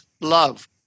love